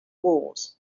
wars